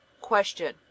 Question